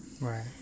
Right